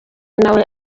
nawe